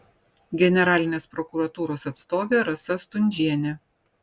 generalinės prokuratūros atstovė rasa stundžienė